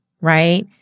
right